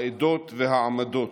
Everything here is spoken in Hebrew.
העדות והעמדות,